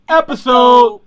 episode